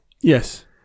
Yes